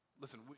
Listen